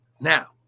Now